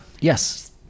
yes